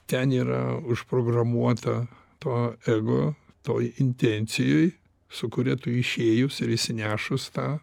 ten yra užprogramuota to ego toj intencijoj su kuria tu išėjus ir išsinešus tą